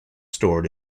stored